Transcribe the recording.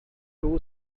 two